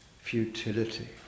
futility